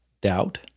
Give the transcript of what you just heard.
doubt